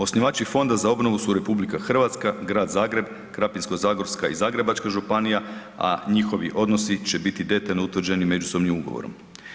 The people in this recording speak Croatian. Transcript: Osnivači Fonda za obnovu su RH, Grad Zagreb, Krapinsko-zagorska i Zagrebačka županija, a njihovi odnosi će biti detaljno utvrđeni međusobnim ugovorom.